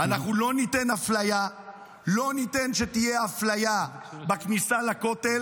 אנחנו לא ניתן שתהיה אפליה בכניסה לכותל,